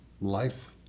life